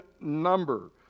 number